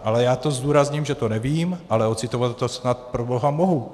Ale já to zdůrazním, že to nevím, ale ocitovat to snad proboha mohu!